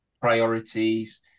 priorities